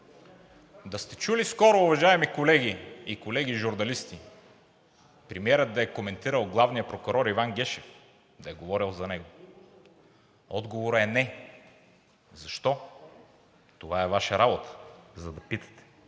Да сте чули скоро, уважаеми колеги и колеги журналисти, премиерът да е коментирал главния прокурор Иван Гешев, да е говорил за него? Отговорът е не. Защо? Това е Ваша работа, за да питате.